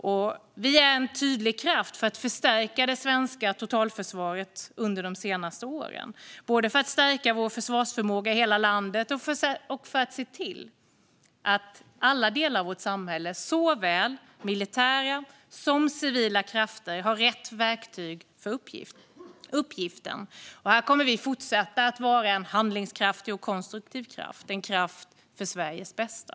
Centerpartiet har varit en tydlig kraft för att förstärka det svenska totalförsvaret under de senaste åren, både för att förstärka vår försvarsförmåga i hela landet och för att se till att alla delar av vårt samhälle, såväl militära som civila krafter, har rätt verktyg för uppgiften. Här kommer vi att fortsätta att vara en handlingskraftig och konstruktiv kraft - en kraft för Sveriges bästa.